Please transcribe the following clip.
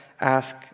ask